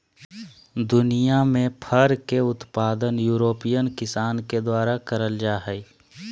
दुनियां में फर के उत्पादन यूरोपियन किसान के द्वारा करल जा हई